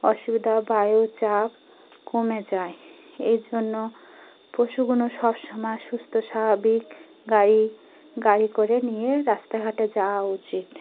অসুবিধা বায়ু চাপ কমে যায় এই জন্য পশুগুনো সব সমময় সুস্থ স্বাভাবিক গাড়ি গাড়ি করে নিয়ে রাস্তাঘাটে যাওয়া উচিত